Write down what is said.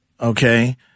okay